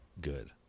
good